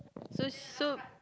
so so